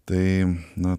tai na